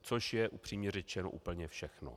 Což je, upřímně řečeno, úplně všechno.